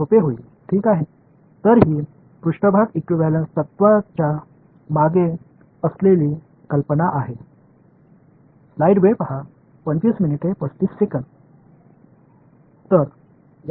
எனவே பாலனிஸின் 1 ஆம் அத்தியாயம் 1 2 மற்றும் 3 தலைப்புகளைப் பற்றி பேசும் மற்றும் பாலனிஸின் 7 ஆம் அத்தியாயம் யூனிக்னஸ் தேற்றம் மற்றும் ஈகியூவேளன்ஸ் தேற்றங்களைப் பற்றி உங்களுக்குச் சொல்லும்